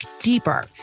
deeper